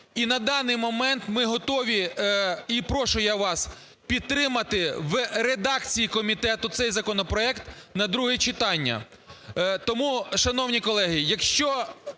і на даний момент ми готові і прошу я вас підтримати в редакції комітету цей законопроект на друге читання. Тому, шановні колеги, якщо